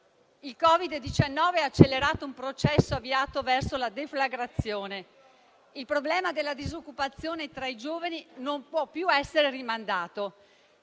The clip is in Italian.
Il Covid-19 ha accelerato un processo avviato verso la deflagrazione. Il problema della disoccupazione tra i giovani non può più essere rimandato